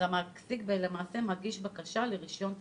המעסיק מגיש בקשה לרישיון תעסוקה.